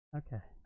okay